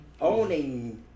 owning